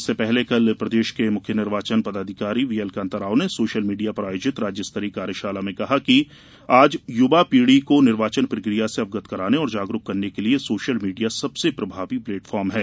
इससे पहले कल प्रदेश के मुख्य निर्वाचन पदाधिकारी व्हीएलकान्ता राव ने सोशल मीडिया पर आयोजित राज्य स्तरीय कार्यशाला में कहा कि आज युवा पीढ़ी को निर्वाचन प्रक्रिया से अवगत कराने और जागरूक करने के लिये सोशल मीडिया सबसे प्रभावी प्लेटफार्म है